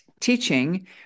teaching